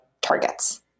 targets